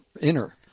inner